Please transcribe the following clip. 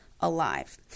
alive